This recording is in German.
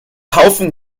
haufen